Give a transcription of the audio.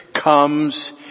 comes